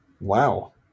Wow